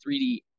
3D